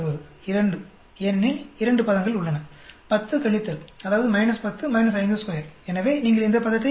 2 ஏனெனில் இரண்டு பதங்கள் உள்ளன 10 கழித்தல் அதாவது 10 52 எனவே நீங்கள் இந்த பதத்தைப் பெறுவீர்கள்